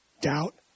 Doubt